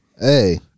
Hey